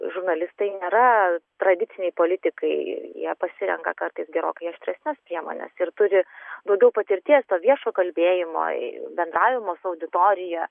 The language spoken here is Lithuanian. žurnalistai nėra tradiciniai politikai ir jie pasirenka kartais gerokai aštresnes priemones ir turi daugiau patirties to viešo kalbėjimo bendravimo su auditorija